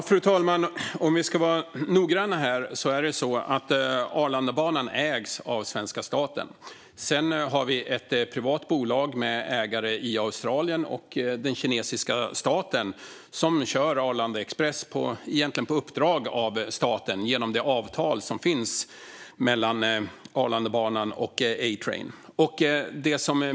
Fru talman! Om vi ska vara noggranna är det på det sättet att Arlandabanan ägs av svenska staten. Sedan är det ett privat bolag med ägare i Australien och den kinesiska staten som kör Arlanda Express på uppdrag av staten, genom det avtal som finns mellan Arlandabanan och A-Train.